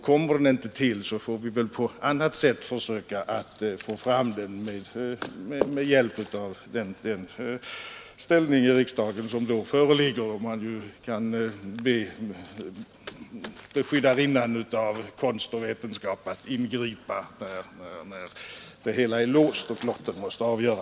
Kommer den inte till, får vi väl på annat sätt söka få fram den med hjälp av den ställning i riksdagen som snart föreligger, då man ju kan be beskyddarinnan av konst och vetenskap att ingripa när det hela är låst och lotten skall avgöra.